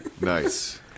Nice